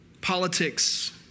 Politics